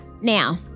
Now